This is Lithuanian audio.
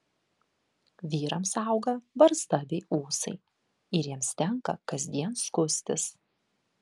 vyrams auga barzda bei ūsai ir jiems tenka kasdien skustis